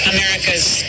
America's